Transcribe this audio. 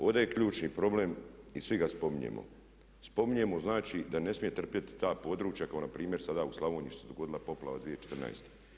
Ovdje je ključni problem, i svi ga spominjemo, spominjemo znači da ne smiju trpjeti ta područja kao npr. sada u Slavoniji što se dogodila poplava 2014.